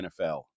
NFL